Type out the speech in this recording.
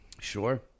Sure